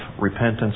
repentance